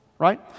right